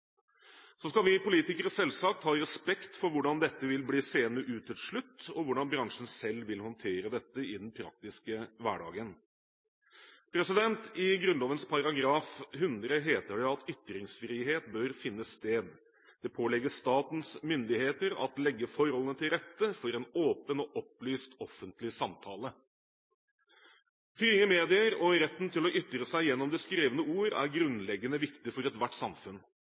Vi politikere skal selvsagt ha respekt for hvordan dette vil bli seende ut til slutt og for hvordan bransjen selv vil håndtere dette i den praktiske hverdagen. I Grunnloven § 100 heter det: «Ytringsfrihed bør finde Sted.» Videre heter det: «Det paaligger Statens Myndigheder at lægge Forholdene til Rette for en aaben og oplyst offentlig Samtale.» Frie medier og retten til å ytre seg gjennom det skrevne ordet er grunnleggende viktig for ethvert samfunn.